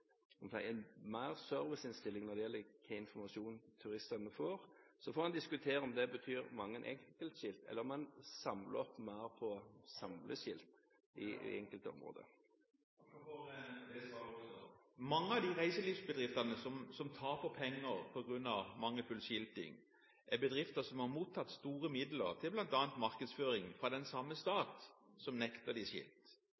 en bedre serviceinnstilling når det gjelder hvilken informasjon turistene får. Så får en diskutere om det betyr mange enkeltskilt, eller om man samler opp mer på samleskilt innenfor det enkelte området. Jeg takker også for det svaret. Mange av de reiselivsbedriftene som taper penger på grunn av mangelfull skilting, er bedrifter som har mottatt store midler til bl.a. markedsføring, fra den samme